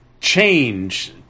change